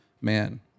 man